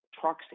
trucks